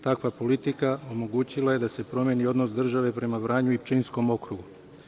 Takva politika omogućila je da se promeni odnos države prema Vranju i Pčinjskom okrugu.